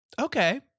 okay